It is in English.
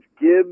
Gibbs